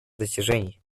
достижений